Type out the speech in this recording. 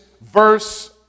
verse